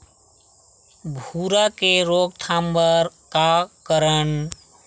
भूरा के रोकथाम बर का करन?